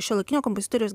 šiuolaikinio kompozitoriaus